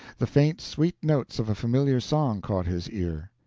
the faint, sweet notes of a familiar song caught his ear.